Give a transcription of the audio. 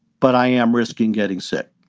but i am risking getting sick